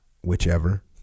whichever